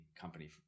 company